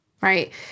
right